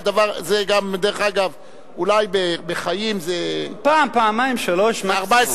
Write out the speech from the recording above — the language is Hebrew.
דרך אגב, אולי בחיים זה, פעם, פעמיים, שלוש פעמים.